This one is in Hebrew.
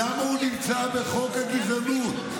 למה הוא נמצא בחוק הגזענות?